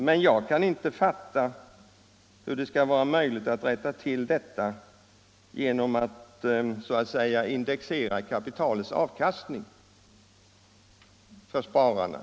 Men jag kan inte fatta hur det skall vara möjligt att rätta till det genom att så att säga indexera kapitalets avkastning gentemot spararna.